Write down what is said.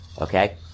Okay